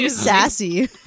sassy